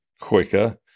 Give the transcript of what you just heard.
quicker